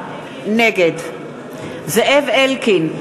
נגד זאב אלקין,